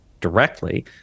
directly